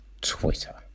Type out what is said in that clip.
Twitter